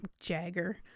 Jagger